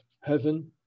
heaven